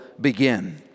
begin